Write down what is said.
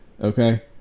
okay